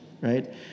right